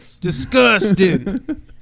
Disgusting